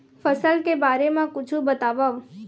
फसल के बारे मा कुछु बतावव